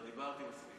חברת הכנסת